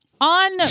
On